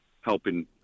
helping